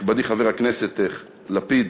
נכבדי חבר הכנסת לפיד,